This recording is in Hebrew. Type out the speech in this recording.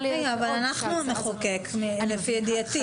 רגע, אבל אנחנו נחוקק לפי ידיעתי.